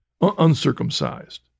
uncircumcised